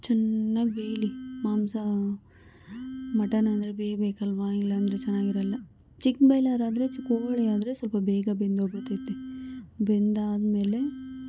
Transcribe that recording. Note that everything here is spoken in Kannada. ಚೆನ್ನಾಗಿ ಬೇಯಲಿ ಮಾಂಸ ಮಟನ್ ಅಂದರೆ ಬೇಯಬೇಕಲ್ವ ಇಲ್ಲಾಂದ್ರೆ ಚೆನ್ನಾಗಿರೋಲ್ಲ ಚಿಕ್ಕ ಬಾಯ್ಲರ್ ಆದರೆ ಕೋಳಿ ಆದರೆ ಸ್ವಲ್ಪ ಬೇಗ ಬೆಂದೊಗ್ಬಿಡ್ತೈತೆ ಬೆಂದಾದಮೇಲೆ